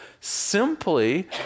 simply